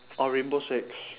orh rainbow six